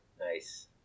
Nice